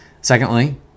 Secondly